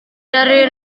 dari